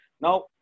Now